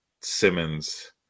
Simmons